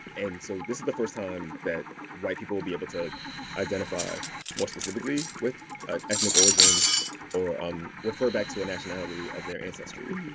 and so this is the first time that white people will be able to identify more specifically with an ethnic origin or um refer back to a nationality of their ancestry,